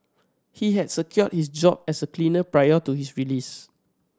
he had secured his job as a cleaner prior to his release